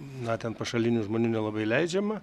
na ten pašalinių žmonių nelabai leidžiama